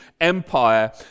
empire